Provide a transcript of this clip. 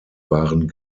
waren